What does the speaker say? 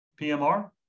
PMR